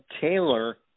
Taylor